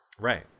Right